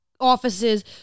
offices